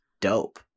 dope